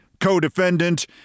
co-defendant